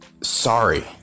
sorry